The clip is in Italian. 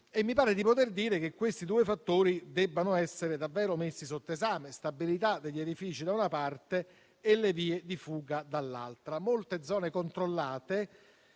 Mi pare di poter dire che questi due fattori debbano essere davvero messi sotto esame: la stabilità degli edifici da una parte e le vie di fuga dall'altra. Molte zone controllate